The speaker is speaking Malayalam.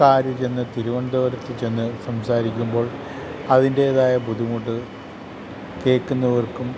കാർ ചെന്ന് തിരുവനന്തപുരത്ത് ചെന്ന് സംസാരിക്കുമ്പോൾ അതിൻറ്റേതായ ബുദ്ധിമുട്ട് കേൾക്കുന്നവർക്കും